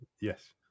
Yes